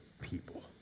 people